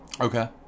Okay